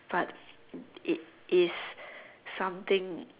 but it is something